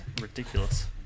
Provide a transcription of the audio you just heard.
ridiculous